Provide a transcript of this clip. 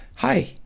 Hi